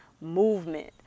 movement